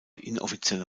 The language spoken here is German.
inoffizielle